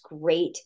great